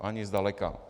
Ani zdaleka.